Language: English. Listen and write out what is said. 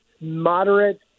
moderate